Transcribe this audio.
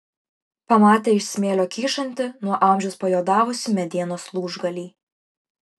pamatė iš smėlio kyšantį nuo amžiaus pajuodavusį medienos lūžgalį